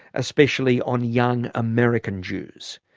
especially on young american jews.